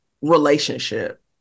relationship